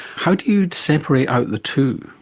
how do you separate out the two?